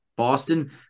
Boston